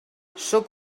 sóc